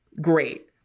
great